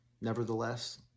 Nevertheless